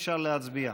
אפשר להצביע.